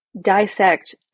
dissect